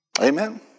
Amen